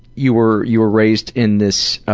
you were you were raised in this